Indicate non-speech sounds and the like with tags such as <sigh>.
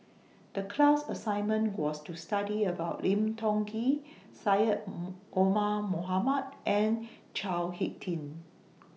The class assignment was to study about Lim Tiong Ghee Syed <hesitation> Omar Mohamed and Chao Hick Tin